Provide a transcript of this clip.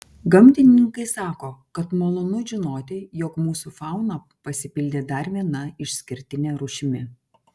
gamtininkai sako kad malonu žinoti jog mūsų fauna pasipildė dar viena išskirtine rūšimi